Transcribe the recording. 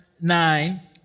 Nine